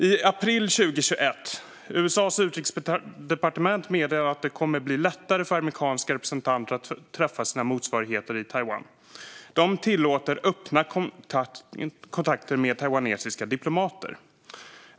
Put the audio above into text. I april 2021 meddelade USA:s utrikesdepartement att det kommer att bli lättare för amerikanska representanter att träffa sina motsvarigheter i Taiwan. De tillåter öppna kontakter med taiwanesiska diplomater.